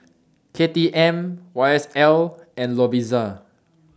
K T M Y S L and Lovisa